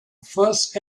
first